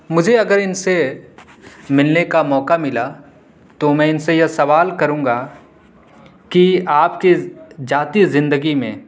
مجھے اگر ان سے ملنے کا موقع ملا تو میں ان سے یہ سوال کروں گا کہ آپ کی ذاتی زندگی میں